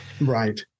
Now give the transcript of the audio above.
Right